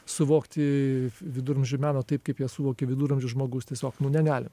suvokti viduramžių meno taip kaip jie suvokė viduramžių žmogus tiesiog negalim